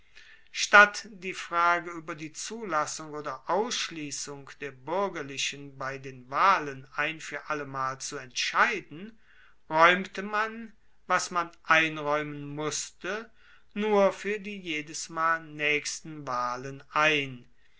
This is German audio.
statt die frage ueber die zulassung oder ausschliessung der buergerlichen bei den wahlen ein fuer allemal zu entscheiden raeumte man was man einraeumen musste nur fuer die jedesmal naechsten wahlen ein